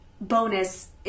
bonus